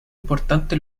importante